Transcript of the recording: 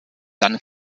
dann